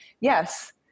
Yes